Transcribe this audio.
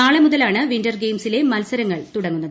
നാളെ മുതലാണ് വിന്റർ ഗെയിംസിലെ മത്സരങ്ങൾ തുടങ്ങുന്നത്